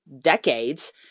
decades